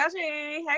Hey